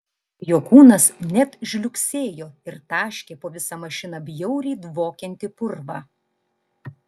jo kūnas net žliugsėjo ir taškė po visą mašiną bjauriai dvokiantį purvą